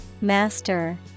Master